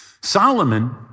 Solomon